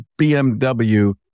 BMW